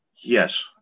Yes